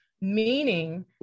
Meaning